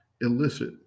illicit